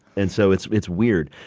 and so it's it's weird.